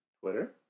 Twitter